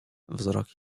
wzrok